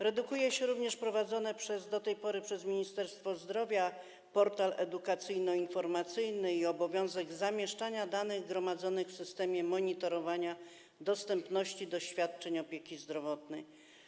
Redukuje się również prowadzony do tej pory przez Ministerstwo Zdrowia portal edukacyjno-informacyjny i obowiązek zamieszczania danych gromadzonych w Systemie Monitorowania Dostępności do Świadczeń Opieki Zdrowotnej.